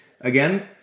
Again